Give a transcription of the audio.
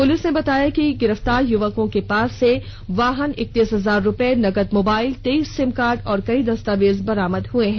police ने बताया कि गिरफ्तार युवकों के पास से वाहन इकतीस हजार रुपये नकद मोबाइल तेइस सिमकार्ड और कई दस्तावेज बरामद हुए हैं